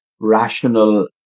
rational